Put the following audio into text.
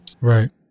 right